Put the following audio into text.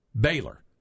Baylor